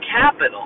capital